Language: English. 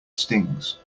stings